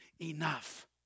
enough